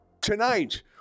Tonight